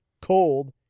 cold